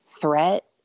threat